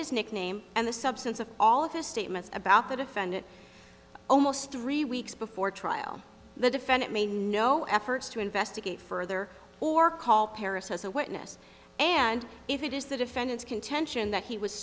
his nickname and the substance of all of his statements about the defendant almost three weeks before trial the defendant may no efforts to investigate further or call paris as a witness and if it is the defendant's contention that he was